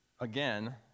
Again